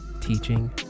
teaching